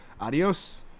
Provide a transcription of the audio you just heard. adios